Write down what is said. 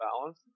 balance